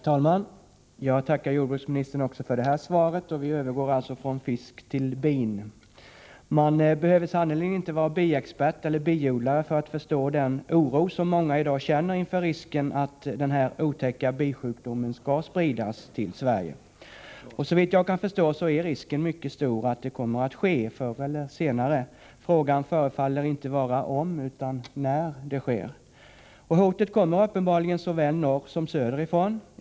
Herr talman! Jag tackar jordbruksministern även för det här svaret. Vi övergår alltså från fisk till bin. Man behöver sannerligen inte vara biexpert eller biodlare för att förstå den oro som många i dag känner inför risken att den här otäcka bisjukdomen skall spridas till Sverige. Såvitt jag kan förstå är risken mycket stor att det kommer att ske, förr eller senare. Frågan förefaller inte vara om utan när det sker. Hotet kommer uppenbarligen såväl norrsom söderifrån.